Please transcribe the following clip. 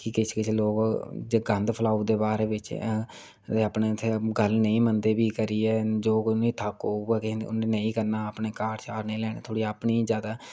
किश किश लोग गंद फलाई ओड़दे ओह् गल्ल नेईं मनदे फ्ही जेकर इयां ठाको उनें कार्ड नेईं लैने थोह्ड़ी अपनी गै